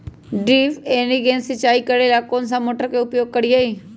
Drip irrigation सिंचाई करेला कौन सा मोटर के उपयोग करियई?